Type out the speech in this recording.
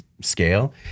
scale